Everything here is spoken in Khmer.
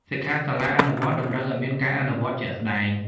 សិក្ខាសាលាអនុវត្តន៍តម្រូវឲ្យមានការអនុវត្តជាក់ស្ដែង។